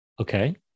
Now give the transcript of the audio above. Okay